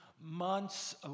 months